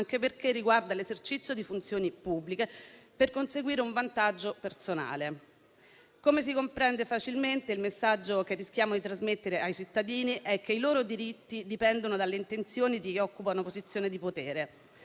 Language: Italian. anche perché riguarda l'esercizio di funzioni pubbliche per conseguire un vantaggio personale. Come si comprende facilmente, il messaggio che rischiamo di trasmettere ai cittadini è che i loro diritti dipendono dalle intenzioni di chi occupa una posizione di potere.